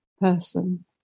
person